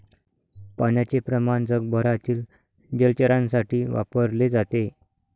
पाण्याचे प्रमाण जगभरातील जलचरांसाठी वापरले जाते